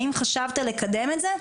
האם חשבת לקדם את זה,